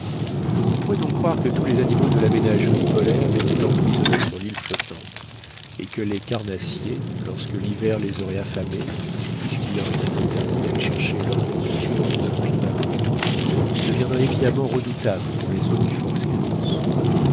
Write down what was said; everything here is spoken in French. on pouvait donc croire que tous les animaux de la ménagerie polaire étaient emprisonnés sur l'île flottante et que les carnassiers lorsque l'hiver les aurait affamés puisqu'il leur était interdit d'aller chercher leur nourriture sous un climat plus doux deviendraient évidemment redoutables pour les hôtes du